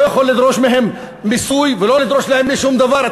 לא יכול לדרוש מהם מיסוי ולא יכול לדרוש מהם שום דבר,